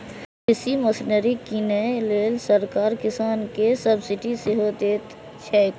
कृषि मशीनरी कीनै लेल सरकार किसान कें सब्सिडी सेहो दैत छैक